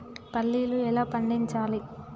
పల్లీలు ఎలా పండించాలి?